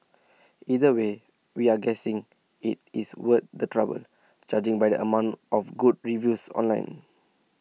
either way we're guessing IT is worth the trouble judging by the amount of good reviews online